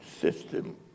system